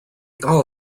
all